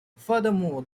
furthermore